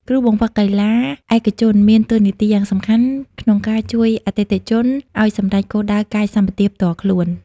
គ្រូបង្វឹកកីឡាឯកជនមានតួនាទីយ៉ាងសំខាន់ក្នុងការជួយអតិថិជនឱ្យសម្រេចគោលដៅកាយសម្បទាផ្ទាល់ខ្លួន។